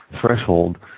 threshold